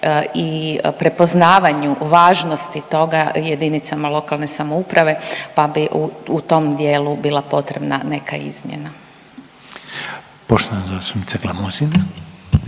i prepoznavanju važnosti toga jedinicama lokalne samouprave pa bi u tom dijelu bila potrebna neka izmjena. **Reiner, Željko